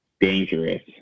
dangerous